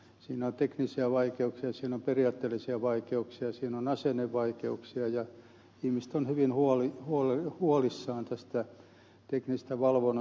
siinä on teknisiä vaikeuksia siinä on periaatteellisia vaikeuksia siinä on asennevaikeuksia ja ihmiset ovat hyvin huolissaan tästä teknisestä valvonnasta